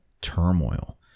turmoil